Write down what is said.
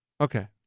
Okay